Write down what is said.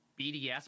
BDS